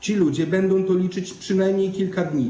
Ci ludzie będą to liczyć przynajmniej kilka dni.